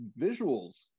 visuals